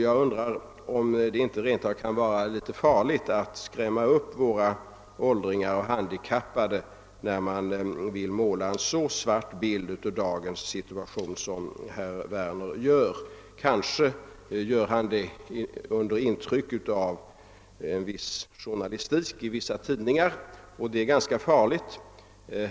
Jag undrar om det inte rent av kan vara farligt att skrämma upp våra åldringar och handikappade genom att måla en så svart bild av dagens situation som herr Werner gör. Kanske gör herr Werner detta under intryck av en viss journalistik i vissa tidningar, och det är rätt farligt.